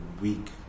week